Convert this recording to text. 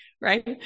Right